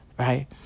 Right